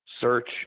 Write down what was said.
search